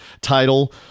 title